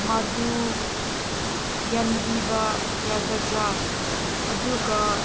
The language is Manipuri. ꯃꯗꯨ ꯌꯦꯡꯕꯤꯕ ꯌꯥꯒꯗ꯭ꯔꯥ ꯑꯗꯨꯒ